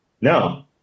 No